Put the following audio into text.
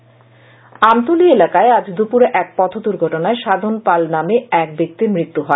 পথ দুর্ঘটনা আমতলী এলাকায় আজ দুপুরে এক পথ দুর্ঘটনায় সাধন পাল নামে এক ব্যক্তির মৃত্যু হয়